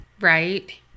Right